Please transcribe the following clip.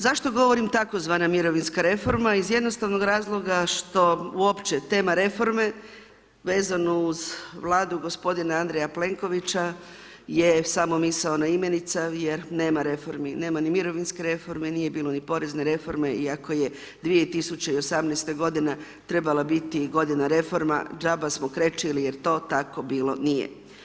Zašto govorim tzv. mirovinska reforma, iz jednostavnog razloga, što uopće tema reforme, vezano uz vladu g. Andreja Plenkovića je samo misaona imenica, jer nema reformi, nema ni mirovinske reforme, nije bilo ni porezne reforme iako je 2018. g. trebalo biti godina reforma, džaba smo krečili jer to tako bilo nije.